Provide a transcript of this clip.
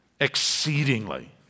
exceedingly